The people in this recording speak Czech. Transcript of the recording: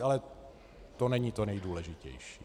Ale to není to nejdůležitější.